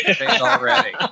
already